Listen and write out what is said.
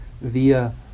via